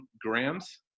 grams